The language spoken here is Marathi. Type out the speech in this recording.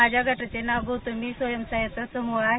माझ्या गटाचे नाव गौतमी स्वयंसहाय्यता समूह आहे